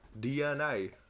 DNA